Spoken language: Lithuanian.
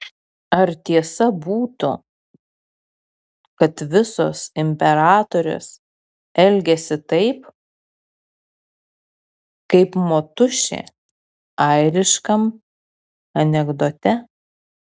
ar tiesa būtų kad visos imperatorės elgiasi taip kaip motušė airiškam anekdote